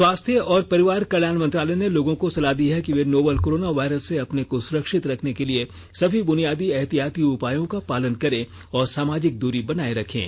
स्वास्थ्य और परिवार कल्याण मंत्रालय ने लोगों को सलाह दी है कि वे नोवल कोरोना वायरस से अपने को सुरक्षित रखने के लिए सभी बुनियादी एहतियाती उपायों का पालन करें और सामाजिक दूरी बनाए रखें